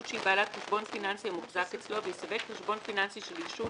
שהיא בעלת חשבון פיננסי המוחזק אצלו ויסווג חשבון פיננסי של ישות,